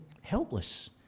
helpless